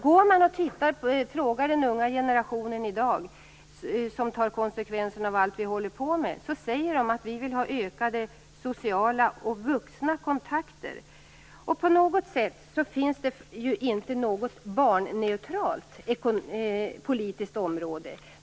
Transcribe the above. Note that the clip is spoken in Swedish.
Om man frågar unga människor i dag, som tar konsekvenserna av allt vi håller på med, säger de att de vill ha ökade sociala och vuxna kontakter. Det finns ju inget barnneutralt politiskt område.